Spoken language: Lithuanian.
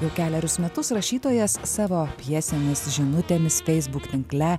jau kelerius metus rašytojas savo pjesėmis žinutėmis facebook tinkle